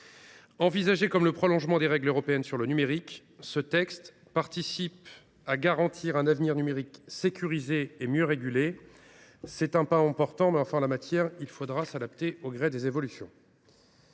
Conçu comme le prolongement des règles européennes relatives au numérique, le présent texte contribue à garantir un avenir numérique sécurisé et mieux régulé : c’est un pas important, mais, en la matière, il faudra s’adapter au gré des évolutions.